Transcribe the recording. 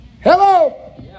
Hello